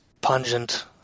pungent